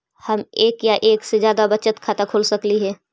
हम एक या एक से जादा बचत खाता खोल सकली हे?